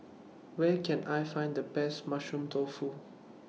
Where Can I Find The Best Mushroom Tofu